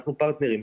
אנחנו פרטנרים.